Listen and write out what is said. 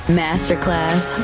masterclass